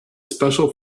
special